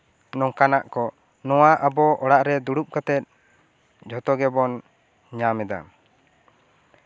ᱱᱚᱝᱠᱟᱱᱟᱜ ᱠᱚ ᱱᱚᱶᱟ ᱟᱵᱚ ᱚᱲᱟᱜ ᱨᱮ ᱫᱩᱲᱩᱵ ᱠᱟᱛᱮᱫ ᱡᱷᱚᱛᱚ ᱜᱮᱵᱚᱱ ᱧᱟᱢᱮᱫᱟ